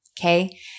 Okay